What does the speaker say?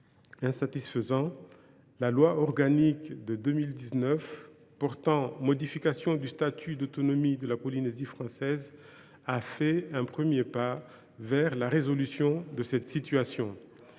insatisfaisant, la loi organique du 5 juillet 2019 portant modification du statut d’autonomie de la Polynésie française a permis de faire un premier pas vers la résolution de cette situation.